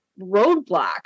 roadblocks